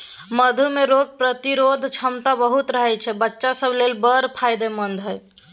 मधु मे रोग प्रतिरोधक क्षमता बहुत रहय छै बच्चा सब लेल बड़ फायदेमंद